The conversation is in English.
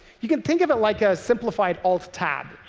you can think of it like a simplified alt-tab.